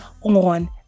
on